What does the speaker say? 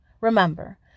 Remember